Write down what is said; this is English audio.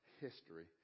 history